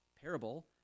parable